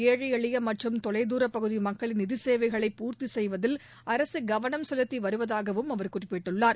ஏழைஎளியமற்றும் தொலைதூரப்பகுதிமக்களின் நிதிசேவைகளை பூர்த்திசெய்வதில் அரசுகவனம் செலுத்திவருவதாகவும் அவர் குறிப்பிட்டுள்ளார்